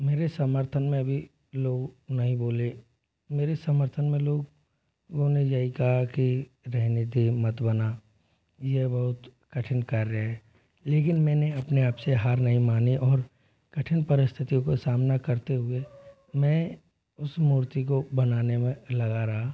मेरे समर्थन में भी लोग नहीं बोले मेरे समर्थन में लोगों ने यही कहा कि रहने दे मत बना यह बहुत कठिन कार्य है लेकिन मैंने अपने आप से हार नहीं मानी और कठिन परिस्थितियों का सामना करते हुए मैं उस मूर्ति को बनाने में लगा रहा